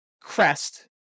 crest